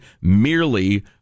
Merely